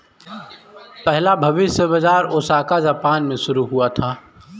पहला भविष्य बाज़ार ओसाका जापान में शुरू हुआ था